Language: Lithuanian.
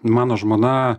mano žmona